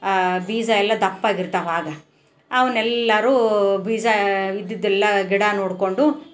ಬೀಜ ಎಲ್ಲ ದಪ್ಪಗಿರ್ತವೆ ಆಗ ಅವ್ನ ಎಲ್ಲರು ಬೀಜ ಇದ್ದಿದ್ದೆಲ್ಲ ಗಿಡ ನೋಡಿಕೊಂಡು